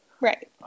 Right